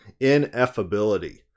ineffability